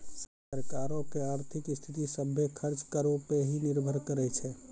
सरकारो के आर्थिक स्थिति, सभ्भे खर्च करो पे ही निर्भर करै छै